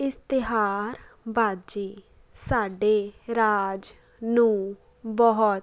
ਇਸ਼ਤਿਹਾਰਬਾਜ਼ੀ ਸਾਡੇ ਰਾਜ ਨੂੰ ਬਹੁਤ